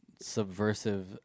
subversive